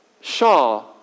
Shaw